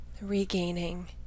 regaining